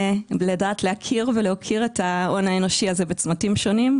להכיר ולהוקיר את ההון האנושי הזה בצמתים שונים.